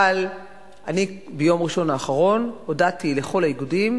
אבל אני ביום ראשון האחרון הודעתי לכל האיגודים,